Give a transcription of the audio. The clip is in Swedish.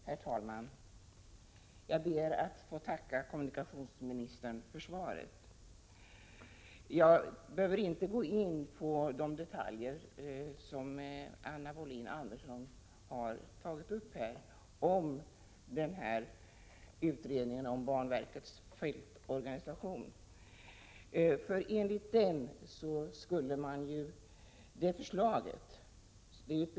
Herr talman! Jag ber att få tacka kommunikationsministern för svaret. Jag behöver inte gå in på de detaljer i utredningen om banverkets flyttning som Anna Wohlin-Andersson har tagit upp.